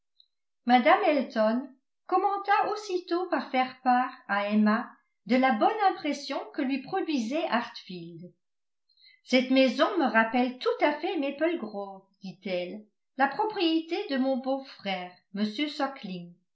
mme elton commenta aussitôt par faire part à emma de la bonne impression que lui produisait hartfield cette maison me rappelle tout à fait maple grove dit-elle la propriété de mon beau-frère